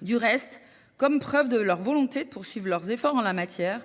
Du reste, comme preuve de leur volonté de poursuivre leurs efforts en la matière,